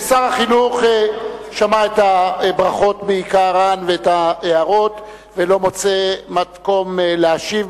שר החינוך שמע את הברכות בעיקרן ואת ההערות ולא מוצא מקום להשיב,